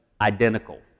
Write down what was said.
identical